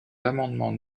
l’amendement